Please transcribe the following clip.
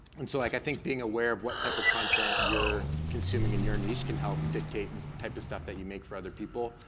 and so like i think being aware of what type of content you're consuming in your niche can help dictate the and type of stuff that you make for other people.